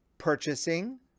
purchasing